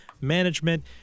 Management